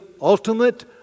ultimate